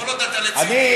כל עוד אתה לצדי, יוסי.